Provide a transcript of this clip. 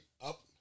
up